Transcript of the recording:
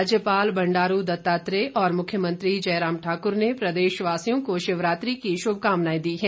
राज्यपाल बंडारू दत्तात्रेय और मुख्यमंत्री जयराम ठाकुर ने प्रदेशवासियों को शिवरात्रि की शुभकामनाएं दी है